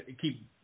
keep